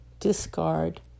discard